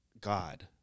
God